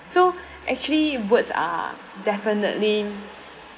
so actually words are definitely